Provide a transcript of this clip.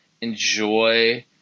enjoy